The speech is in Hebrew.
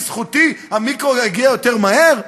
בזכותי המיקרו הגיע יותר מהר?